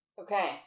Okay